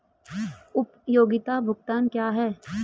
उपयोगिता भुगतान क्या हैं?